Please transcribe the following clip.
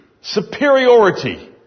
superiority